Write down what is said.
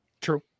True